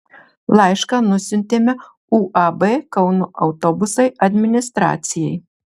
laišką nusiuntėme uab kauno autobusai administracijai